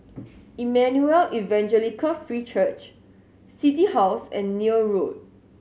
Emmanuel Evangelical Free Church City House and Neil Road